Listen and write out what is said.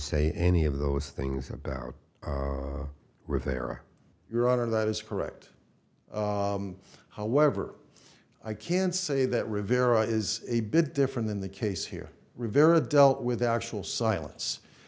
say any of those things about rivera your honor that is correct however i can say that rivera is a bit different than the case here rivera dealt with actual silence